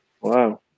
wow